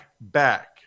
back